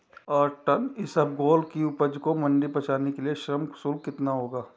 आठ टन इसबगोल की उपज को मंडी पहुंचाने के लिए श्रम शुल्क कितना होगा?